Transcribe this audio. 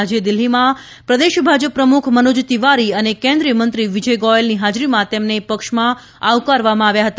આજે દિલ્હીમાં પ્રદેશ ભાજપ પ્રમુખ મનોજ તિવારી અને કેન્દ્રીય મંત્રી વિજય ગોયલની હાજરીમાં તેમને પક્ષમાં આવકારવામાં આવ્યા હતા